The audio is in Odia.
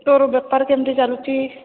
ତୋର ବେପାର କେମିତି ଚାଲୁଛି